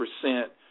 percent